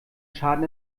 schaden